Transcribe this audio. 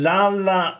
Lala